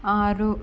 ఆరు